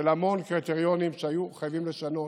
של המון קריטריונים שהיו חייבים לשנות.